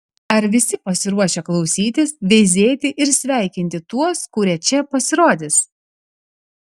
ar visi pasiruošę klausytis veizėti ir sveikinti tuos kurie čia pasirodys